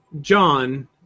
John